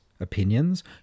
opinions